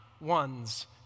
one's